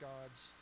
God's